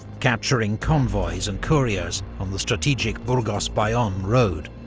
capturing convoys and couriers on the strategic burgos-bayonne road,